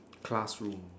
classroom